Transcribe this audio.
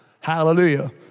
Hallelujah